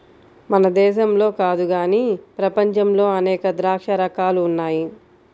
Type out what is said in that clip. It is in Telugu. మన దేశంలో కాదు గానీ ప్రపంచంలో అనేక ద్రాక్ష రకాలు ఉన్నాయి